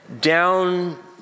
down